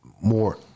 more